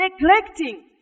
neglecting